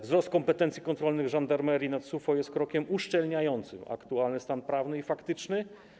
Wzrost kompetencji kontrolnych żandarmerii nad SUFO jest krokiem uszczelniającym aktualny stan prawny i faktyczny.